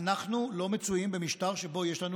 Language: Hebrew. אנחנו לא מצויים במשטר שבו יש לנו